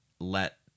let